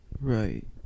Right